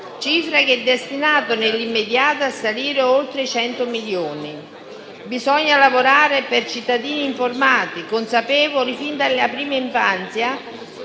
cifra destinata nell'immediato a salire oltre i 100 milioni. Bisogna lavorare per cittadini informati, consapevoli fin dalla prima infanzia